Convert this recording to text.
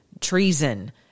treason